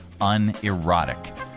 Unerotic